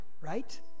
right